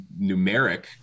numeric